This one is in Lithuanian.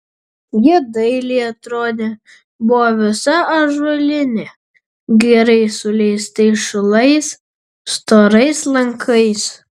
ji dailiai atrodė buvo visa ąžuolinė gerai suleistais šulais storais lankais